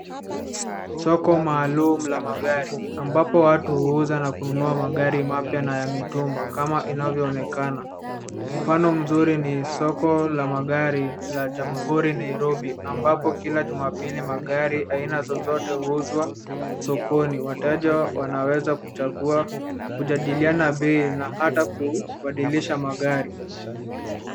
Soko maalum la magari ambapo watu huuza na kununua magari mapya na ya mitumba kama inavyoonekana. Mfano mzuri ni soko la magari la Jamhuri Nairobi ambapo kila Jumapili magari aina zozote huuzwa sokoni. Wateja wanaweza kuchagua, kujadiliana bei na hata kubadilisha magari.